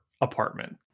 apartment